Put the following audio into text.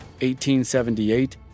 1878